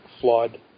flawed